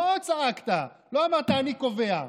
לא צעקת, לא אמרת: אני קובע.